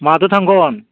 माथो थांगोन